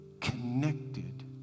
connected